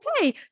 okay